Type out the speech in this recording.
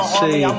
see